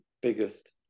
biggest